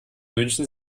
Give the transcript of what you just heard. münchen